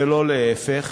ולא להפך.